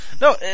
No